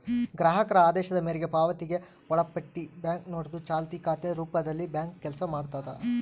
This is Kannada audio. ಗ್ರಾಹಕರ ಆದೇಶದ ಮೇರೆಗೆ ಪಾವತಿಗೆ ಒಳಪಟ್ಟಿ ಬ್ಯಾಂಕ್ನೋಟು ಚಾಲ್ತಿ ಖಾತೆ ರೂಪದಲ್ಲಿಬ್ಯಾಂಕು ಕೆಲಸ ಮಾಡ್ತದ